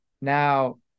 now